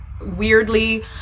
weirdly